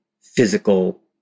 physical